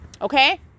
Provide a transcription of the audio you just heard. Okay